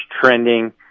trending